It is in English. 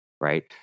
right